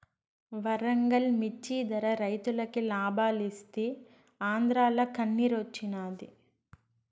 వరంగల్ మిచ్చి ధర రైతులకి లాబాలిస్తీ ఆంద్రాల కన్నిరోచ్చినాది